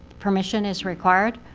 permission is required?